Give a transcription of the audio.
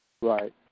Right